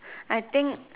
I think